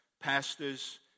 pastors